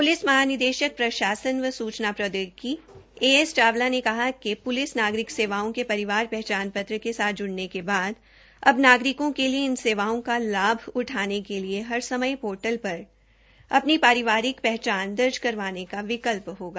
police महानिदेशक प्रशासन एवं प्रवक्ता प्रौदयोगिकी ए एस चावला ने कहा कि प्लिस नागरिक सेवाओं के परिवार पहचान पत्र के साथ जुड़ने के बाद अब नागरिकों के लिए इन सेवाओं का लाभ उठाने के लिए इस समय पोर्टल पर अपनी परिवारिक पहचान दर्ज करने का विकल्प होगा